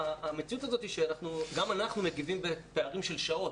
המציאות הזאת שגם אנחנו מגיבים בפערים של שעות,